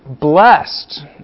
blessed